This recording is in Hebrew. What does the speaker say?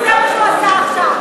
זה מה שהוא עשה עכשיו,